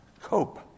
cope